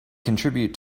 contribute